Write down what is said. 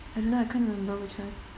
I don't know I can't remember which [one]